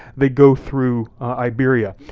they go through iberia.